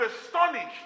astonished